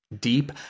Deep